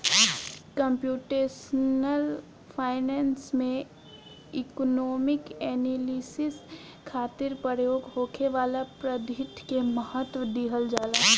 computational finance में economic analysis खातिर प्रयोग होखे वाला पद्धति के महत्व दीहल जाला